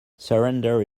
surrender